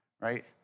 right